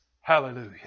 Hallelujah